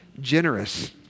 generous